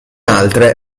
altre